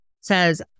Says